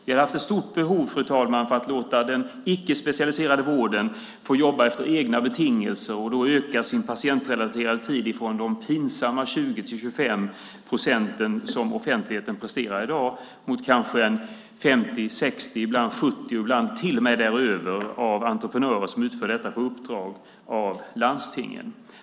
Vi har, fru ålderspresident, haft ett stort behov av att låta den icke-specialiserade vården jobba efter egna betingelser och då öka sin patientrelaterade tid från de pinsamma 20-25 procent som det offentliga i dag presterar till kanske 50-60 procent eller ibland 70 procent och till och med däröver med entreprenörer som utför vården på uppdrag av landstingen.